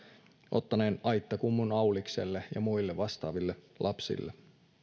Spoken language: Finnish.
ottaneelle aittakummun aulikselle ja muille vastaaville lapsille